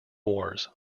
wars